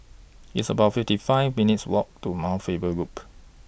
It's about fifty five minutes' Walk to Mount Faber Loop